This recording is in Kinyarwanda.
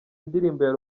indirimbo